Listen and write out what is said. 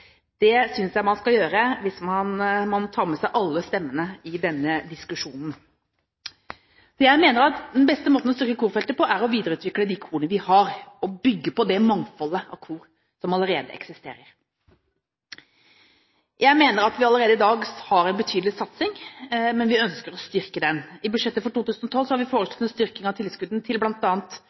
synes jeg ikke man skal gjøre hvis man tar med seg alle stemmene i denne diskusjonen. Så jeg mener den beste måten å styrke korfeltet på, er å videreutvikle de korene vi har, og bygge på det mangfoldet av kor som allerede eksisterer. Jeg mener vi allerede i dag har en betydelig satsing, men vi ønsker å styrke den. I budsjettet for 2012 har vi foreslått en styrking av tilskuddene til